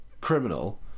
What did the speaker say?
criminal